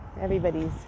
Everybody's